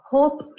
Hope